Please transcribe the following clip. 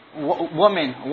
woman